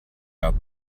got